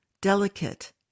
Delicate